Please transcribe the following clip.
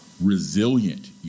resilient